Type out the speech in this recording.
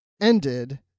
ended